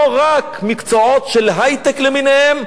לא רק מקצועות של היי-טק למיניהם.